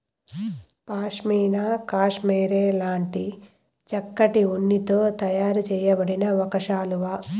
pashmina cashmere లాంటి చక్కటి ఉన్నితో తయారు చేయబడిన ఒక శాలువా